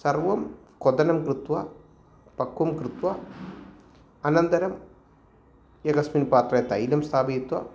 सर्वं क्वथनं कृत्वा पक्वं कृत्वा अनन्तरम् एकस्मिन् पात्रे तैलं स्थापयित्वा